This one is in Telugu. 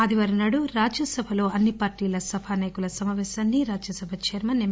ఆదివారం నాడు రాజ్యసభలో అన్ని పార్టీల సభ నాయకుల సమాపేశాన్ని రాజ్యసభ చైర్మన్ ఎం